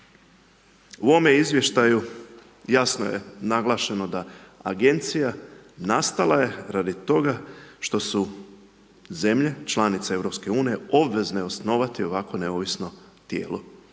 U ovome izvještaju jasno je naglašeno da agencija nastala je radi toga što su zemlje, članice EU, obveze osnovati ovakvo neovisno tijelo.